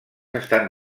estan